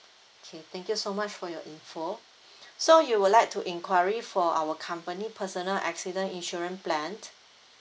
okay thank you so much for your information so you would like to inquiry for our company personal accident insurance plan